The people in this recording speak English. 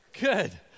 Good